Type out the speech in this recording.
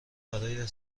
برای